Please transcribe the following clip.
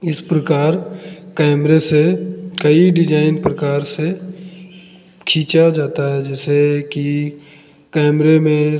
इस प्रकार कैमरे से कई डिजाइन प्रकार से खींचा जाता है जैसे कि कैमरे में